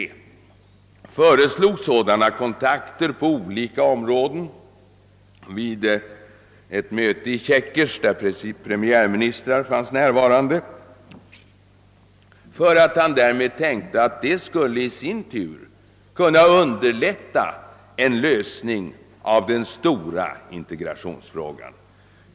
Man föreslog då sådana kontakter på olika områden vid ett möte i Chequers, där premiärministrarna var närvarande. Därmed tänkte man sig kunna underlätta en lösning av den stora integrationsfrågan.